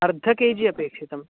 अर्ध के जि अपेक्षितं